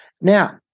Now